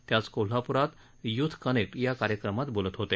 ते आज कोल्हापूरात युथ कनेक्ट कार्यक्रमात बोलत होते